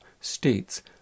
states